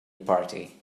party